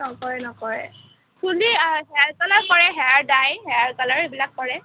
নকৰে নকৰে চুলি হেয়াৰ কালাৰ কৰে হেয়াৰ ডাই হেয়াৰ কালাৰ সেইবিলাক কৰে